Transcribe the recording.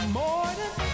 morning